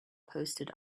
posted